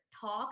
talk